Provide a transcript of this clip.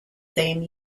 same